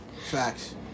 Facts